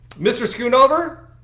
mr. schoonover,